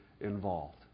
involved